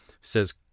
says